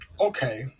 okay